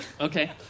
Okay